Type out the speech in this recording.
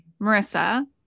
Marissa